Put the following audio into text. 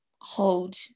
hold